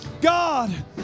God